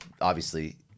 Obviously-